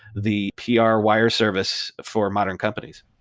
the pr wire service for modern companies.